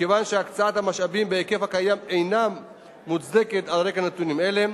מכיוון שהקצאת המשאבים בהיקף הקיים אינה מוצדקת על רקע נתונים אלה,